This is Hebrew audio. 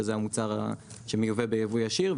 שזה המוצר שמיובא ביבוא ישיר,